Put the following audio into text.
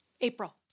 April